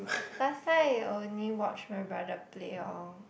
last time I only watch my brother play oh